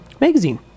magazine